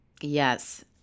Yes